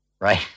Right